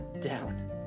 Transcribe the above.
down